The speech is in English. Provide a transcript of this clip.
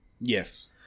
Yes